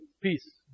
peace